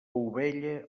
ovella